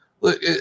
Look